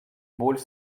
боль